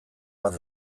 bat